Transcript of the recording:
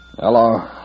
Hello